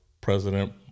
President